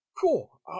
Cool